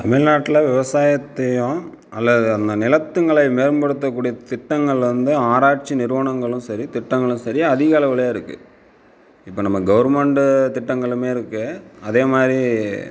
தமிழ்நாட்டில் விவசாயத்தையும் அல்லது அந்த நிலத்துங்களை மேம்படுத்தக்கூடிய திட்டங்கள் வந்து ஆராய்ச்சி நிறுவனங்களும் சரி திட்டகளும் சரி அதிக அளவில் இருக்குது இப்போ நம்ம கவர்மெண்டு திட்டங்களுமே இருக்குது அதே மாதிரி